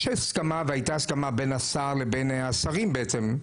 יש הסכמה והייתה הסכמה בין השר לבין השרים בעצם.